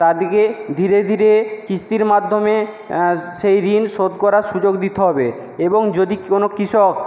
তাদেরকে ধীরে ধীরে কৃষির মাধ্যমে সেই ঋণ শোধ করার সুযোগ দিতে হবে এবং যদি কোনো কৃষক